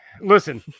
Listen